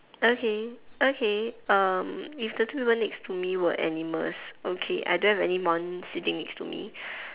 okay okay um if the two people next to me were animals okay I don't have anyone sitting next to me